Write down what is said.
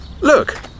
Look